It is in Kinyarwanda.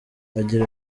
agira